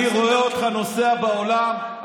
אני רואה אותך נוסע בעולם,